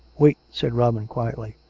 wait, said robin quietly.